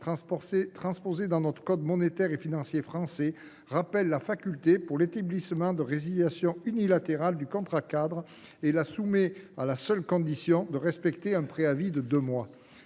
transposé dans le code monétaire et financier français, rappelle la faculté pour l’établissement de résiliation unilatérale du contrat cadre et la soumet à la seule condition de respecter un préavis de deux mois.